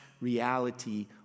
reality